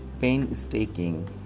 Painstaking